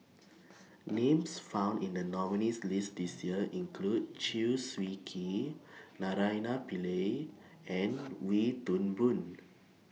Names found in The nominees' list This Year include Chew Swee Kee Naraina Pillai and Wee Toon Boon